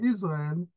Israel